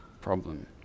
problem